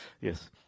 Yes